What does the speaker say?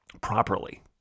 properly